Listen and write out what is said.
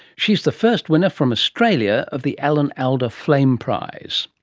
she is the first winner from australia of the alan alda f lame prize